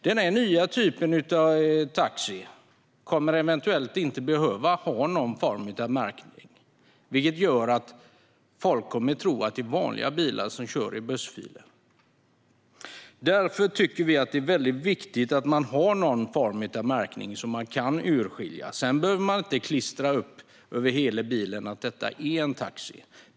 Den här nya typen av taxi kommer eventuellt inte att behöva ha någon form av märkning, vilket gör att folk kommer att tro att det är vanliga bilar som kör i bussfilen. Därför tycker vi att det är väldigt viktigt att man har någon form av märkning som går att urskilja. Man behöver inte klistra upp över hela bilen att "detta är en taxi".